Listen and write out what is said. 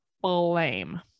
blame